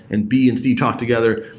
and b and c talk together,